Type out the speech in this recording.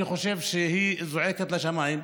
אני חושב שהיא זועקת לשמיים.